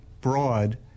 broad